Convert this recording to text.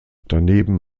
daneben